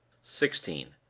sixteen.